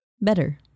Better